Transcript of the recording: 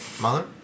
Mother